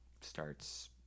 starts